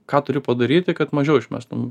ką turi padaryti kad mažiau išmestum